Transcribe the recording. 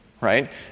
right